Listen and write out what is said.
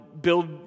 build